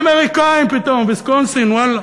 נהיינו אמריקנים פתאום, ויסקונסין, ואללה.